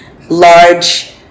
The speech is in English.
large